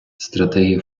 стратегія